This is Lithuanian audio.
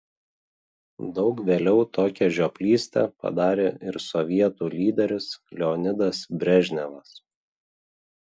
daug vėliau tokią žioplystę padarė ir sovietų lyderis leonidas brežnevas